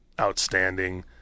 outstanding